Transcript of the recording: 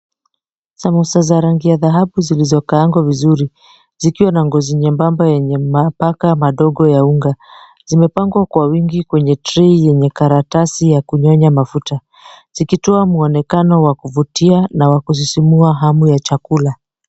Samosa za rangi ya dhahabu zilizokaangwa vizuri zikiwa na ngozi nyembamba yenye mabaka madogo ya unga zimepangwa kwa wingi kwenye tray yenye karatasi ya kunyonya mafuta. Zikitoa muonekano wa kuvutia na wa kusisimua hamu ya chakula.